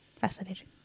fascinating